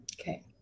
Okay